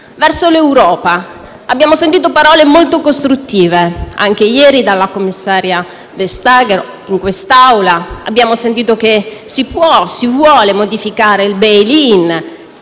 instabilità. Abbiamo sentito parole molto costruttive - anche ieri dalla commissaria Vestager - in quest'Aula. Abbiamo sentito che si può e si vuole modificare il *bail in*;